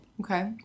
Okay